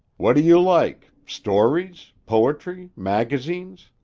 what do you like stories, poetry, magazines?